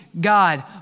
God